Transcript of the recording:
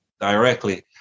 directly